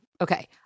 Okay